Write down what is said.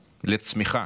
לצמיחה.